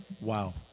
Wow